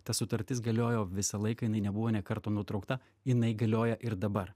ta sutartis galiojo visą laiką jinai nebuvo nė karto nutraukta jinai galioja ir dabar